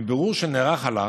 מבירור שנערך עלה